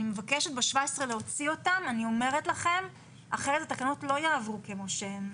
אני מבקשת ב-17 להוציא אותם אחרת התקנות לא יעברו כמו שהן,